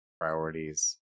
priorities